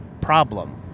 problem